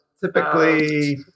Typically